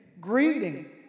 greeting